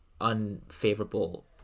unfavorable